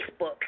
Facebook